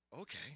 Okay